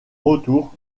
retour